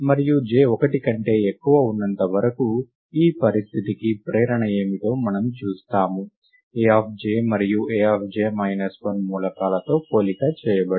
మరియు j ఒకటి కంటే ఎక్కువ ఉన్నంత వరకు ఈ పరిస్థితికి ప్రేరణ ఏమిటో మనం చూస్తాము Aj మరియు aj 1 మూలకాలతో పోలిక చేయబడుతుంది